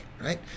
right